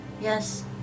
Yes